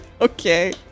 okay